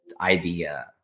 idea